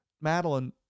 Madeline